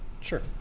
Sure